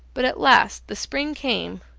but at last the spring came,